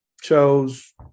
chose